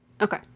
Okay